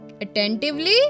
attentively